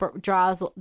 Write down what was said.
draws